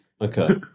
okay